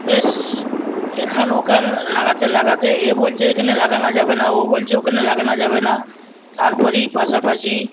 বেশ এখানে ওখানে লাগাতে লাগাতে এ বলছে এখানে লাগানো যাবে না ও বলছে ওখানে লাগানো যাবে না তারপরে পাশাপাশি